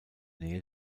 nähe